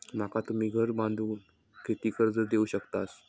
माका तुम्ही घर बांधूक किती कर्ज देवू शकतास?